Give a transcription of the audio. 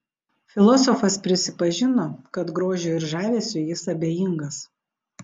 filosofas prisipažino kad grožiui ir žavesiui jis abejingas